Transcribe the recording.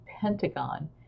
Pentagon